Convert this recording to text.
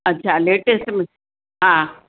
अच्छा लेटेस्ट में हा